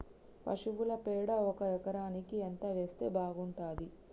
పశువుల పేడ ఒక ఎకరానికి ఎంత వేస్తే బాగుంటది?